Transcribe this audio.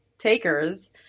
takers